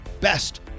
best